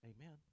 Amen